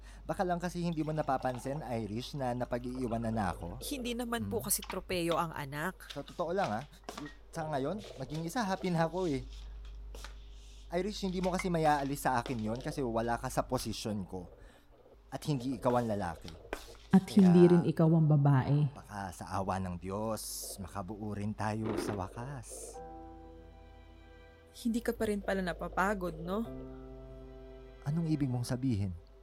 Baka lang kasi hindi mo napapansin, Irish, na napag-iiwanan na ako. Hindi naman po Hmm. kasi tropeyo ang anak. Sa totoo lang, ah. Sa ngayon, maging isa, happy na ako, eh. Irish, hindi mo kasi mayaalis sa akin yun kasi wala ka sa posisyon ko. At hindi ikaw ang lalaki. At hindi rin Kaya, ikaw ang babae. baka sa awa ng Diyos, makabuo rin tayo sa wakas. Hindi ka pa rin pala napapagod, no? Anong ibig mong sabihin?